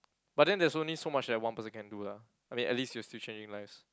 but then there's only so much that one person can do lah I mean at least you're still changing lives